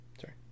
Sorry